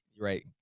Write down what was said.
right